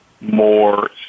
more